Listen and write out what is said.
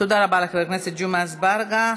תודה רבה לחבר הכנסת ג'מעה אזברגה.